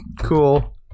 Cool